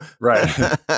Right